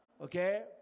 Okay